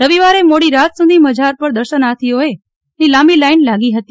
રવિવારે મોડી રાત સુધી મજાર પર દર્શનાર્થીઓની લાંબી લાઈન લાગી હતી